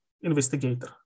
investigator